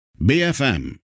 BFM